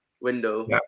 window